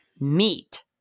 meat